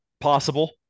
Possible